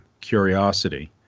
curiosity